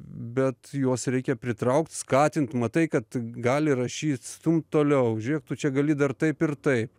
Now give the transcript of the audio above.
bet juos reikia pritraukt skatint matai kad gali rašyt stumt toliau žiūrėk tu čia gali dar taip ir taip